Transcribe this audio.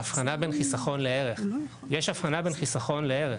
ההבחנה בין חיסכון לערך, יש הבחנה בין חסכון לערך,